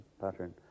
pattern